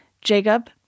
Jacob